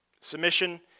submission